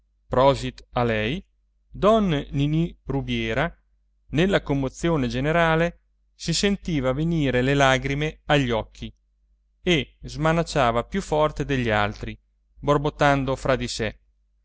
prosit a lei don ninì rubiera nella commozione generale si sentiva venire le lagrime agli occhi e smanacciava più forte degli altri borbottando fra di sé